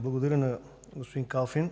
благодаря на господин Калфин.